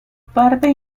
partes